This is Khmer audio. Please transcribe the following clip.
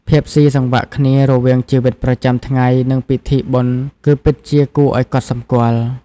ភាពស៊ីសង្វាក់គ្នារវាងជីវិតប្រចាំថ្ងៃ និងពិធីបុណ្យគឺពិតជាគួរឲ្យកត់សម្គាល់។